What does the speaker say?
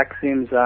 seems